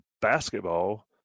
basketball